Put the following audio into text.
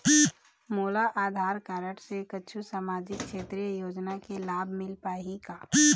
मोला आधार कारड से कुछू सामाजिक क्षेत्रीय योजना के लाभ मिल पाही का?